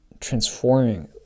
transforming